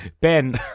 Ben